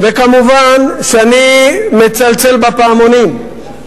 וכמובן שאני מצלצל בפעמונים,